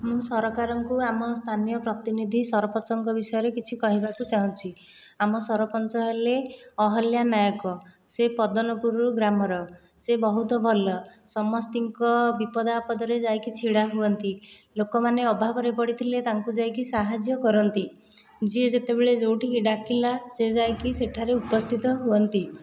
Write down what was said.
ମୁଁ ସରକାରଙ୍କୁ ଆମ ସ୍ଥାନୀୟ ପ୍ରତିନିଧି ସରପଞ୍ଚଙ୍କ ବିଷୟରେ କିଛି କହିବାକୁ ଚାହୁଁଛି ଆମ ସରପଞ୍ଚ ହେଲେ ଅହଲ୍ୟା ନାୟକ ସେ ପଦନପୁର ଗ୍ରାମର ସେ ବହୁତ ଭଲ ସମସ୍ତଙ୍କ ବିପଦ ଆପଦରେ ଯାଇକି ଛିଡ଼ା ହୁଅନ୍ତି ଲୋକମାନେ ଅଭାବରେ ପଡ଼ିଥିଲେ ତାଙ୍କୁ ଯାଇକି ସାହାଯ୍ୟ କରନ୍ତି ଯିଏ ଯେତେବେଳେ ଯେଉଁଠିକି ଡ଼ାକିଲା ସେ ଯାଇକି ସେଠାରେ ଉପସ୍ଥିତ ହୁଅନ୍ତି